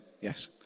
Yes